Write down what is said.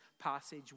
passage